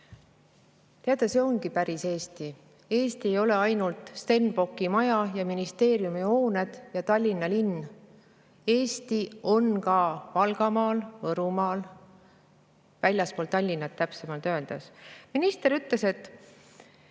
Teate, see ongi päris Eesti. Eesti ei ole ainult Stenbocki maja ja ministeeriumihooned ja Tallinna linn. Eesti on ka Valgamaal, Võrumaal, väljaspool Tallinna, täpsemalt öeldes. Minister ütles, et